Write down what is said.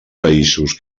països